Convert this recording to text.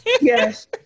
yes